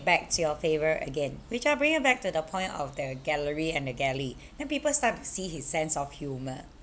back to your favour again which I'll bring you back to the point of the gallery and the galley then people start to see his sense of humour